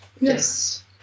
Yes